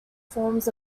forms